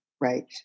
Right